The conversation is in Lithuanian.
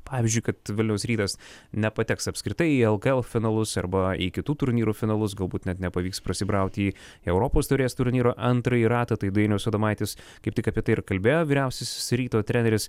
pavyzdžiui kad vilniaus rytas nepateks apskritai į lkl finalus arba į kitų turnyrų finalus galbūt net nepavyks prasibrauti į europos taurės turnyro antrąjį ratą tai dainius adomaitis kaip tik apie tai ir kalbėjo vyriausiasis ryto treneris